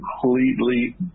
completely